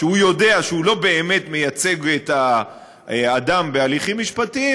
כשהוא יודע שהוא לא באמת מייצג את האדם בהליכים משפטיים,